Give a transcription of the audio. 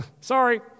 Sorry